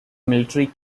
military